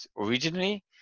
originally